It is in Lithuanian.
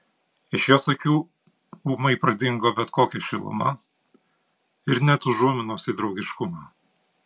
iš jos akių ūmai pradingo bet kokia šiluma ir net užuominos į draugiškumą